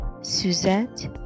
Suzette